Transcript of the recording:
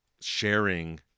sharing